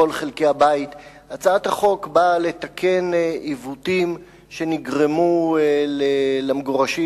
הצעת החוק באה לתקן עיוותים שנגרמו למגורשים